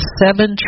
seven